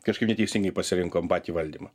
kažkaip neteisingai pasirinkom patį valdymą